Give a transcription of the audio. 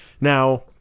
Now